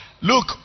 look